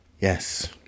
yes